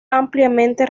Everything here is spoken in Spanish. ampliamente